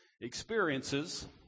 experiences